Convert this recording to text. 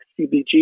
CBG